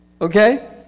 okay